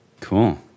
Cool